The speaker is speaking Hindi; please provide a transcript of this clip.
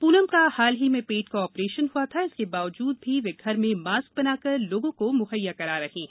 प्नम का हाल ही में पेट का आपरेशन हआ था इसके बावजूद भी वे घर में मास्क बनाकर लोगों को म्हैया करा रही हैं